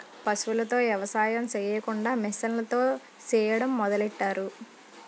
పశువులతో ఎవసాయం సెయ్యకుండా మిసన్లతో సెయ్యడం మొదలెట్టారు